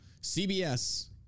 CBS